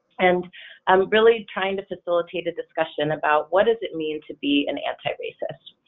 and i'm really trying to facilitate a discussion about what does it mean to be an anti-racist?